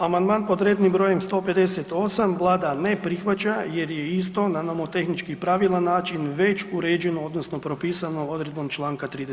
Amandman pod rednim br. 158 Vlada ne prihvaća jer je isto na nomotehnički pravilan način već uređeno odnosno propisano odredbom čl. 36.